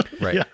Right